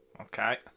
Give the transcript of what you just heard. Okay